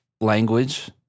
language